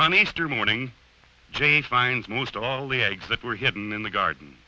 on easter morning jane finds most all the eggs that were hidden in the garden